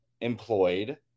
employed